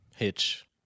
Hitch